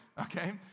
okay